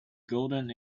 golden